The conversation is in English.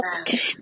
Okay